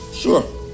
Sure